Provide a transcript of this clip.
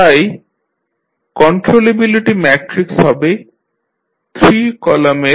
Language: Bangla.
তাই কন্ট্রোলেবিলিটি ম্যাট্রিক্স হবে 3 কলামের